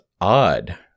odd